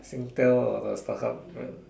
SingTel or the StarHub right